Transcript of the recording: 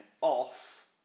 off